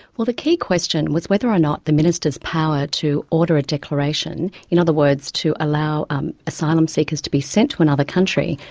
well, the key question was whether or not the minister's power to order a declaration, in other words, to allow um asylum seekers to be sent to another country,